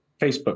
Facebook